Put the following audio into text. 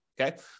Okay